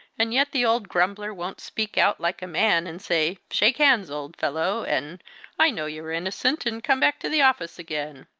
and yet the old grumbler won't speak out like a man, and say, shake hands, old fellow and i know you are innocent, and come back to the office again